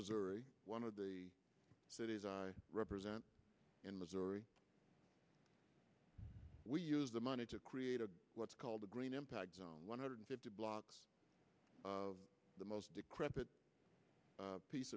missouri one of the cities i represent in missouri we use the money to create a what's called the green impact zone one hundred fifty blocks of the most decrepit piece